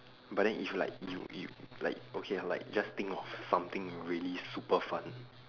but then if like you you like okay like just think of something really super fun